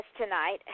tonight